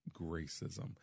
racism